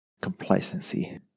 complacency